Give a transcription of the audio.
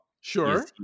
Sure